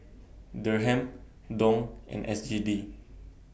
Dirham Dong and S G D